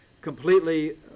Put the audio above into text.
completely